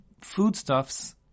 foodstuffs